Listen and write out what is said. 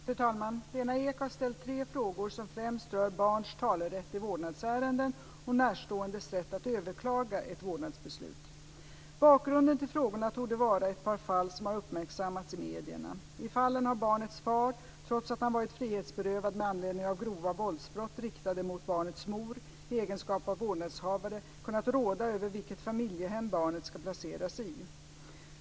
Fru talman! Lena Ek har ställt tre frågor som främst rör barns talerätt i vårdnadsärenden och närståendes rätt att överklaga ett vårdnadsbeslut. Bakgrunden till frågorna torde vara ett par fall som har uppmärksammats i medierna. I fallen har barnets far, trots att han varit frihetsberövad med anledning av grova våldsbrott riktade mot barnets mor, i egenskap av vårdnadshavare kunnat råda över vilket familjehem barnet ska placeras i.